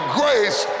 grace